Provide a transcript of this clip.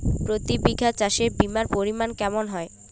প্রতি বিঘা চাষে বিমার পরিমান কেমন হয়?